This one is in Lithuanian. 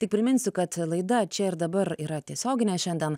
tik priminsiu kad laida čia ir dabar yra tiesioginė šiandien